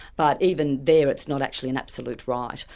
but even there it's not actually an absolute right.